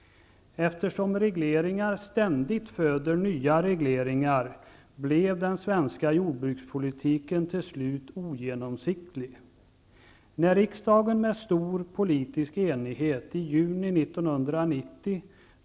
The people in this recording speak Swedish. Eftersom regleringar ständigt föder nya regleringar, blev den svenska jordbrukspolitiken till slut ogenomsiktlig.